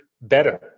better